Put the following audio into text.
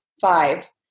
five